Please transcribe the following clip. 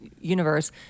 universe